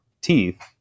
teeth